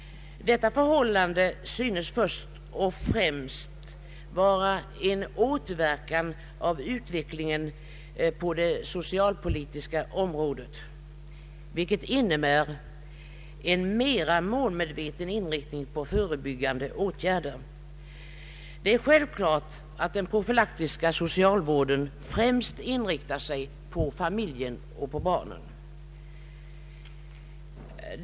Detta förhållande synes först och främst vara en åter verkan av utvecklingen på det socialpolitiska området, vilket innebär en mera målmedveten inriktning på förebyggande åtgärder. Det är självklart att den profylaktiska socialvården främst inriktar sig på familjen och barnen.